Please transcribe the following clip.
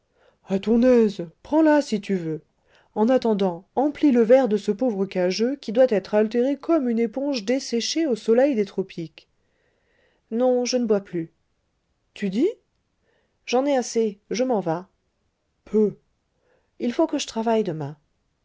a ton aise prends-la si tu peux en attendant emplis le verre de ce pauvre cageux qui doit être altéré comme une éponge desséchée au soleil des tropiques non je ne bois plus tu dis j'en ai assez je m'en vas peuh il faut que je travaille demain